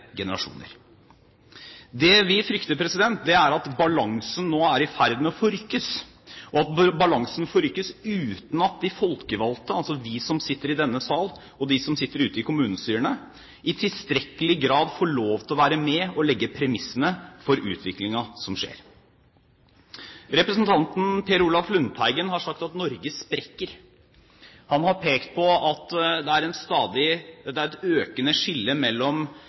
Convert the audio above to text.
generasjoner. Det vi frykter, er at balansen nå er i ferd med å forrykkes, og at balansen forrykkes uten at de folkevalgte, altså vi som sitter i denne sal, og de som sitter ute i kommunestyrene, i tilstrekkelig grad får lov til å være med og legge premissene for utviklingen som skjer. Representanten Per Olaf Lundteigen har sagt at Norge sprekker. Han har pekt på at det er et økende skille mellom et